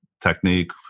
technique